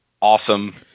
awesome